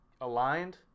aligned